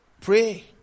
pray